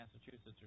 Massachusetts